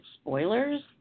spoilers